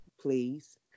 please